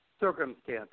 Circumstances